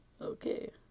Okay